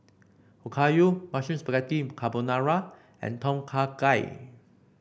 Okayu Mushroom Spaghetti Carbonara and Tom Kha Gai